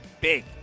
big